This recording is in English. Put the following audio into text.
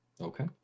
Okay